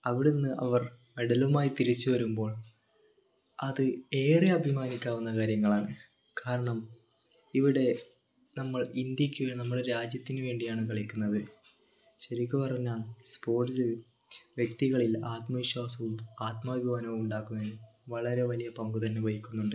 അവിടെ നിന്ന് അവർ മെഡലുമായി തിരിച്ച് വരുമ്പോൾ അത് ഏറെ അഭിമാനിക്കാവുന്ന കാര്യങ്ങളാണ് കാരണം ഇവിടെ നമ്മൾ ഇന്ത്യക്ക് നമ്മുടെ രാജ്യത്തിന് വേണ്ടിയാണ് കളിക്കുന്നത് ശരിക്കു പറഞ്ഞാൽ സ്പോർട്സ് വ്യക്തികളിൽ ആത്മവിശ്വാസവും ആത്മാഭിമാനവും ഉണ്ടാക്കുവാൻ വളരെ വലിയ പങ്ക് തന്നെ വഹിക്കുന്നുണ്ട്